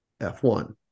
F1